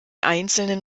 einzelnen